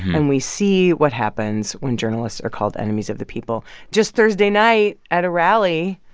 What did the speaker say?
and we see what happens when journalists are called enemies of the people. just thursday night, at a rally,